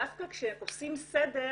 דווקא כשעושים סדר